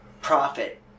Profit